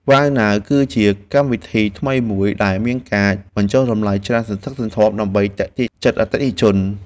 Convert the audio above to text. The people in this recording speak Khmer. វ៉ៅណាវ គឺជាកម្មវិធីថ្មីមួយដែលមានការបញ្ចុះតម្លៃច្រើនសន្ធឹកសន្ធាប់ដើម្បីទាក់ទាញចិត្តអតិថិជន។